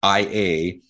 IA